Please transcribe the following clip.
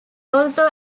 also